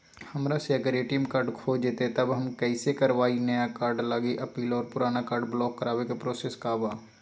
हमरा से अगर ए.टी.एम कार्ड खो जतई तब हम कईसे करवाई नया कार्ड लागी अपील और पुराना कार्ड ब्लॉक करावे के प्रोसेस का बा?